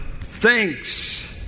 thanks